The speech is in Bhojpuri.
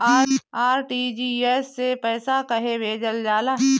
आर.टी.जी.एस से पइसा कहे भेजल जाला?